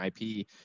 ip